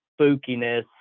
spookiness